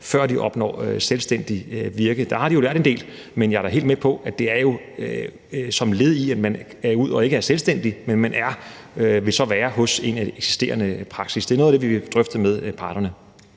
før de opnår selvstændigt virke, og der har de jo lært en del, men jeg er da helt med på, at det er som led i, at man går ud og ikke er selvstændig, men at man så vil være i en eksisterende praksis. Det er noget af det, vi vil drøfte med parterne.